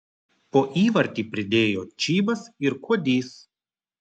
po įvartį pridėjo čybas ir kuodys